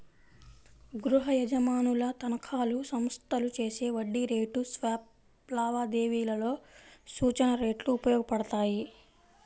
గృహయజమానుల తనఖాలు, సంస్థలు చేసే వడ్డీ రేటు స్వాప్ లావాదేవీలలో సూచన రేట్లు ఉపయోగపడతాయి